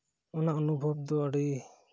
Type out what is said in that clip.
ᱚᱱᱟ ᱚᱱᱩᱵᱷᱩᱵᱽ ᱫᱚ ᱟᱹᱰᱤ